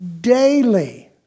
daily